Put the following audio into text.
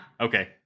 Okay